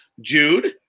Jude